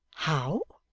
how?